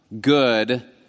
Good